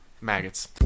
Maggots